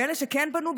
ואלה שכן פנו,